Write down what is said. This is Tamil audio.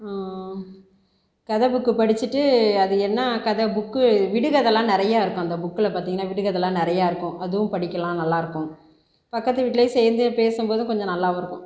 கதை புக்கு படிச்சுட்டு அது என்ன கதை புக் விடுகதை எல்லாம் நிறைய இருக்கும் அந்த புக்கில் பார்த்தீங்கன்னா விடுகதையெலாம் நிறைய இருக்கும் அதுவும் படிக்கலாம் நல்லா இருக்கும் பக்கத்து வீட்டிலயும் சேர்ந்து பேசும் போது கொஞ்சம் நல்லாவும் இருக்கும்